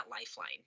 lifeline